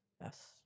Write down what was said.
Yes